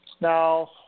Now